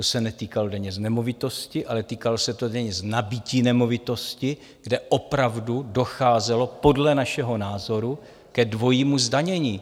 To se netýkalo daně z nemovitosti, ale týkalo se to daně z nabytí nemovitosti, kde opravdu docházelo podle našeho názoru ke dvojímu zdanění.